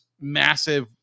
massive